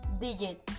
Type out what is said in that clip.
digit